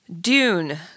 Dune